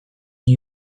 new